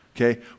okay